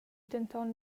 denton